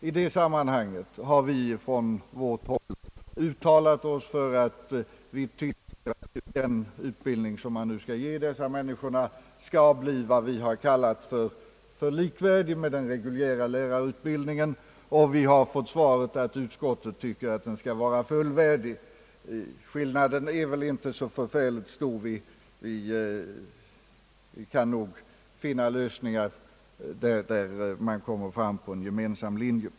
I det sammanhanget har vi från vårt håll uttalat oss för att den utbildning, som man skall ge, skall bli vad vi kallar för »likvärdig med den reguljära lärarutbildningen». Vi har fått svaret att utskottet tycker att den skall vara »fullvärdig». Skillnaden är väl inte så förfärligt stor, utan vi kan nog finna lösningar där man kommer fram på en gemensam linje.